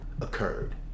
occurred